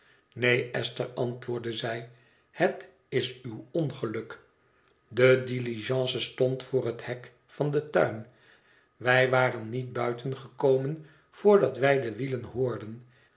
neen esther antwoordde zij het is uw ongeluk de diligence stond voor het hek van den tuin wij waren niet buitengekomen voordat wij de wielen hoorden